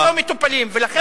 נא לסיים.